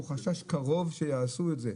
הוא חשש קרוב שיעשו את זה,